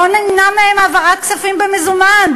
בואו נמנע מהם העברת כספים במזומן,